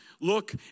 look